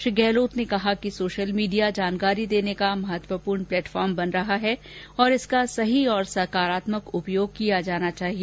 श्री गहलोत ने कहा कि सोशल मीडिया जानकारी देने का महत्वपूर्ण प्लेटफार्म बन रहा है और इसका सही और सकारात्मक उपयोग किया जाना चाहिए